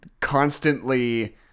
constantly